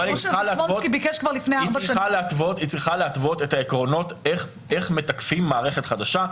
היא צריכה להתוות את העקרונות איך מתקפים מערכת חדשה,